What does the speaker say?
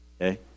Okay